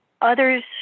others